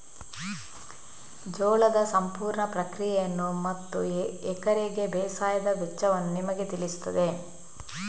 ಜೋಳದ ಸಂಪೂರ್ಣ ಪ್ರಕ್ರಿಯೆಯನ್ನು ಮತ್ತು ಎಕರೆಗೆ ಬೇಸಾಯದ ವೆಚ್ಚವನ್ನು ನಿಮಗೆ ತಿಳಿಸುತ್ತದೆ